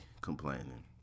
complaining